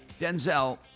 Denzel